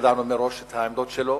ידענו מראש את העמדות שלו.